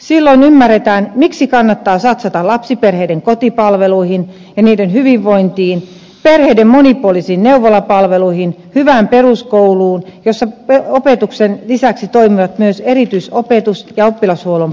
silloin ymmärretään miksi kannattaa satsata lapsiperheiden kotipalveluihin ja niiden hyvinvointiin perheiden monipuolisiin neuvolapalveluihin hyvään peruskouluun jossa opetuksen lisäksi toimivat myös eritysopetus ja oppilashuollon palvelut